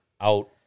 out